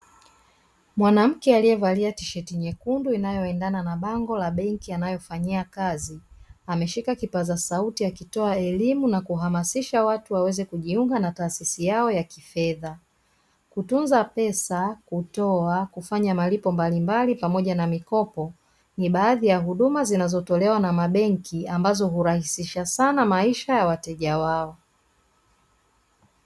Mwanamke aliyevalia tisheti nyekundu inayoendana na bango la benki anayofanyia kazi ameshika kipaza sauti akitoa elimu na kuhamasisha watu waweze kujiunga na taasisi yao ya kifedha. Kutunza pesa, kutoa, kufanya malipo mbalimbali pamoja na mikopo ni baadhi ya huduma zinazotolewa na mabenki ambazo hurahisisha sana maisha ya wateja wao.